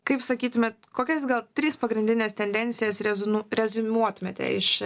kaip sakytumėt kokias gal tris pagrindines tendencijas rezonu reziumuotumėte iš